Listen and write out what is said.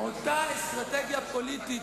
אין אחריות ואין שום דבר שעומד מאחורי המלים.